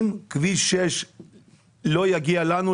אם כביש 6 לא יגיע אלינו,